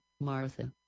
Martha